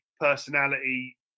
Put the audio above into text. personality